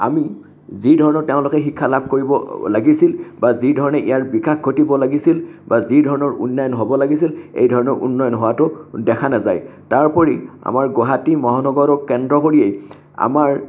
আমি যিধৰণে তেওঁলোকে শিক্ষা লাভ কৰিব লাগিছিল বা যিধৰণে ইয়াৰ বিকাশ ঘটিব লাগিছিল বা যিধৰণৰ উন্নয়ন হ'ব লাগিছিল এই ধৰণৰ উন্নয়ন হোৱাটো দেখা নাযায় তাৰোপৰি আমাৰ গুৱাহাটী মহানগৰক কেন্দ্ৰ কৰিয়েই আমাৰ